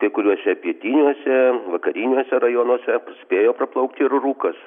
kai kuriuose pietiniuose vakariniuose rajonuose spėjo praplaukti ir rūkas